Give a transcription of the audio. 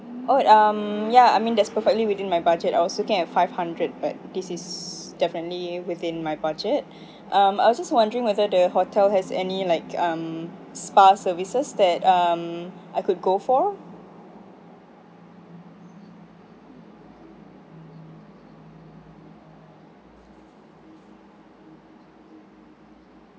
oh um ya I mean that's perfectly within my budget I was looking at five hundred but this is definitely within my budget um I was just wondering whether the hotel has any like um spa services that um I could go for